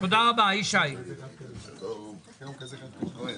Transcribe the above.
הישיבה ננעלה בשעה